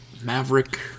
Maverick